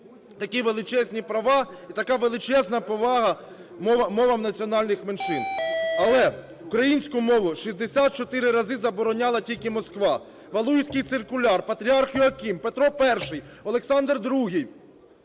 такі величезні права і така величезна повага мовам національних меншин. Але українську мову 64 рази забороняла тільки Москва. Валуєвський циркуляр, патріарх Іоаким, Петро І, Олександр ІІ,